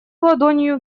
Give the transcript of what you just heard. ладонью